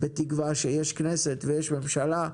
בתקווה יש כנסת ותהיה ממשלה.